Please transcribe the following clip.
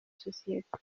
sosiyete